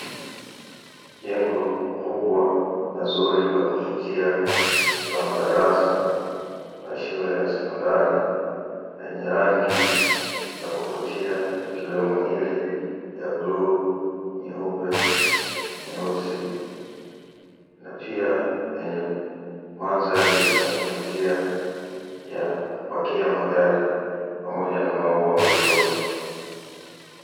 Jengo kubwa na zuri la kuvutia, na madarasa ya shule ya sekondari yenye rangi ya kuvutia, ikiwemo ile ya bluu, nyeupe, nyeusi na pia yenye mandhari ya kuvutia, ya kupakia magari pamoja na maua mazuri.